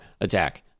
attack